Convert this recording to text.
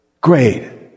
great